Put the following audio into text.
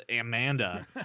Amanda